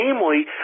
namely